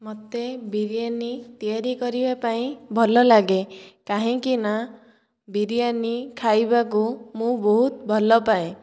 ମତେ ବିରିୟାନୀ ତିଆରି କରିବା ପାଇଁ ଭଲ ଲାଗେ କାହିଁକି ନା ବିରିୟାନୀ ଖାଇବାକୁ ମୁ ବହୁତ ଭଲ ପାଏ